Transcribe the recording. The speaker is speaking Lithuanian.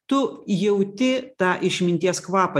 tu jauti tą išminties kvapą